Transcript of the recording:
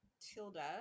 Tilda